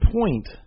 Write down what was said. point